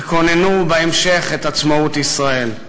וכוננו בהמשך את עצמאות ישראל.